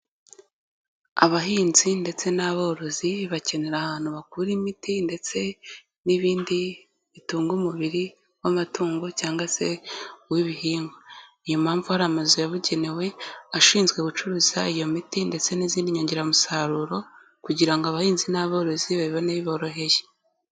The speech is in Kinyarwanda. Abahinzi ndetse n'aborozi bakenera ahantu bakura imiti ndetse n'ibindi bitunga umubiri w'amatungo cyangwa se uw'ibihingwa. Ni iyo mpamvu hari amazu yabugenewe, ashinzwe gucuruza iyo miti ndetse n'izindi nyongeramusaruro kugira ngo abahinzi n'aborozi babibone bi boroheye.